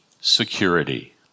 security